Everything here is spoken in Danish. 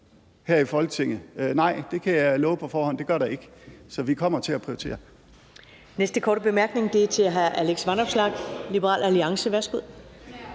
her i Folketinget? Nej, det kan jeg love på forhånd at der ikke gør, så vi kommer til at prioritere.